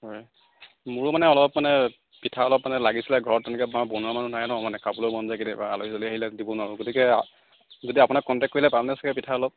হয় মোৰো মানে অলপ মানে পিঠা অলপ মানে লাগিছিলে ঘৰত তেনেকৈ আমাৰ বনোৱা মানুহ নাই ন মানে খাবলৈ মন যায় কেতিয়াবা আলহী চালহী আহিলে দিব নোৱাৰোঁ গতিকে যদি আপোনাক কণ্টেক্ট কৰিলে পামনে চাগে পিঠা অলপ